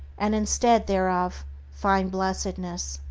and instead thereof find blessedness.